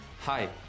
Hi